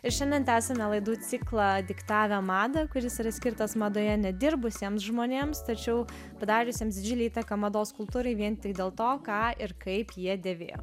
ir šiandien tęsiame laidų ciklą diktavę madą kuris yra skirtas madoje nedirbusiems žmonėms tačiau padariusiems didžiulę įtaką mados kultūrai vien tik dėl to ką ir kaip jie dėvėjo